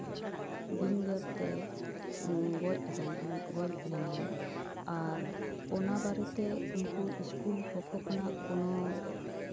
ᱵᱤᱧ ᱜᱮᱨ ᱛᱮ ᱜᱚᱡ ᱟᱠᱟᱱ ᱜᱚᱡ ᱞᱮᱱᱟᱭ ᱟᱨ ᱚᱱᱟ ᱵᱟᱨᱮᱛᱮ ᱩᱱᱠᱩ ᱥᱠᱩᱞ ᱯᱚᱠᱠᱷᱚ ᱠᱷᱚᱱᱟᱜ ᱠᱚᱱᱚ